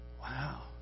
Wow